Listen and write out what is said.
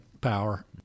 power